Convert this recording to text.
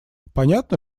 понятно